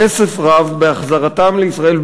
כסף רב בהחזרתם לישראל,